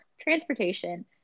transportation